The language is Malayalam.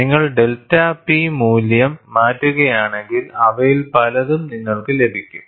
നിങ്ങൾ ഡെൽറ്റ P മൂല്യം മാറ്റുകയാണെങ്കിൽ അവയിൽ പലതും നിങ്ങൾക്ക് ലഭിക്കും